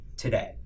Today